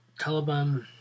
Taliban